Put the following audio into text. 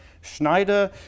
Schneider